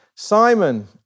Simon